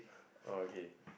okay